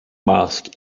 mosque